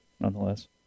nonetheless